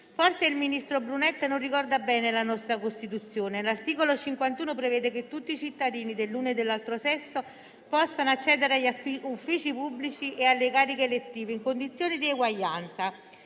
Forse il ministro Brunetta non ricorda bene la nostra Costituzione. L'articolo 51 prevede che tutti i cittadini dell'uno e dell'altro sesso possano accedere agli uffici pubblici e alle cariche elettive in condizioni di eguaglianza,